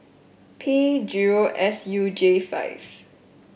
P zero S U J five